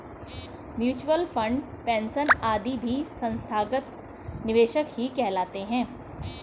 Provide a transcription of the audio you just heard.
mutual fund, pension आदि भी संस्थागत निवेशक ही कहलाते हैं